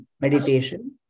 meditation